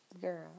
girl